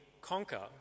conquer